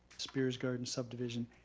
spears garden subdivision.